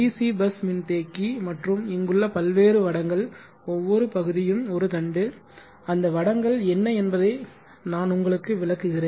C bus மின்தேக்கி மற்றும் இங்குள்ள பல்வேறு வடங்கள் ஒவ்வொரு பகுதியும் ஒரு தண்டு அந்த வடங்கள் என்ன என்பதை நான் உங்களுக்கு விளக்குகிறேன்